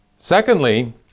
Secondly